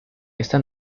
esta